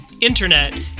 internet